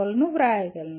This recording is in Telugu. లను వ్రాయగలను